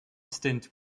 stint